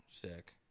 Sick